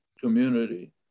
community